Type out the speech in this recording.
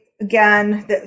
Again